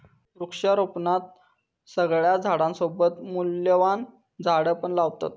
वृक्षारोपणात सगळ्या झाडांसोबत मूल्यवान झाडा पण लावतत